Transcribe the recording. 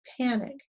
panic